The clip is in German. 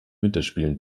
winterspielen